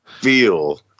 feel